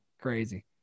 Crazy